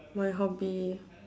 my hobby